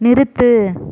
நிறுத்து